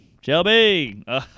Shelby